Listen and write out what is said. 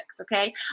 okay